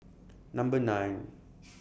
Number nine